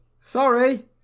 sorry